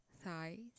thighs